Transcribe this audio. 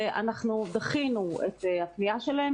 ואנחנו דחינו את הפנייה שלהם,